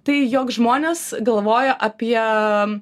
tai jog žmonės galvoja apie